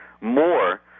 more